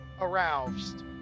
aroused